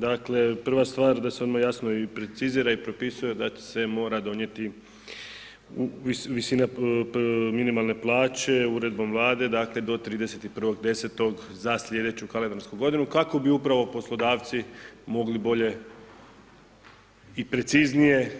Dakle, prva stvar da se odmah jasno i precizira i propisuje da se mora donijeti visina minimalne plaće Uredbom Vlade, dakle do 31.10. za sljedeću kalendarsku godinu, kako bi upravo poslodavci mogli bolje i preciznije